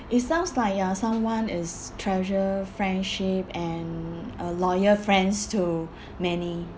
it sounds like you're someone is treasure friendship and uh loyal friends to many